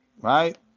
right